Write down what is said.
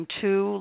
two